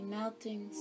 melting